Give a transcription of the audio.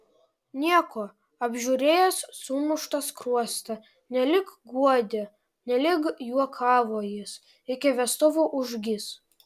nieko apžiūrėjęs sumuštą skruostą nelyg guodė nelyg juokavo jis iki vestuvių užgis